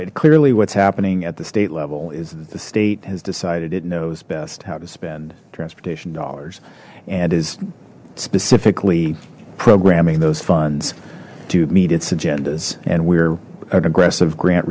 it clearly what's happening at the state level is that the state has decided it knows best how to spend transportation dollars and is specifically programming those funds to meet its agendas and we're an aggressive grant